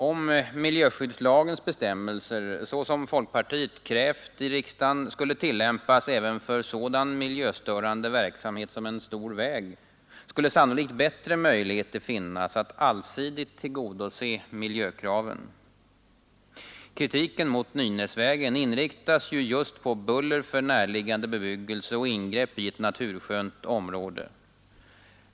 Om miljöskyddslagens bestämmelser så som folkpartiet krävt i riksdagen skulle tillämpas även för sådan miljöstörande verksamhet som en stor väg, skulle sannolikt bättre möjligheter finnas att allsidigt tillgodose miljökraven. Kritiken mot Nynäsvägen inriktas ju just på buller för närliggande bebyggelse och ingrepp i ett naturskönt område.